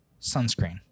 sunscreen